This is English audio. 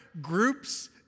groups